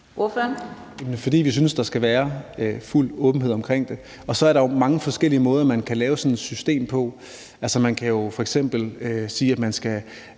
fordi vi synes, der skal være fuld åbenhed omkring det. Og så er der jo mange forskellige måder, man kan lave sådan et system på. Man kan f.eks. sige, at man skal